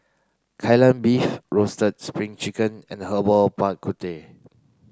Kai Lan Beef roasted crispy spring chicken and Herbal Bak Ku Teh